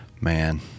Man